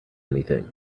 anything